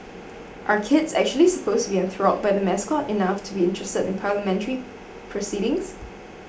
are kids actually supposed to be enthralled by the mascot enough to be interested in Parliamentary proceedings